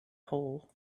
hole